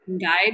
guide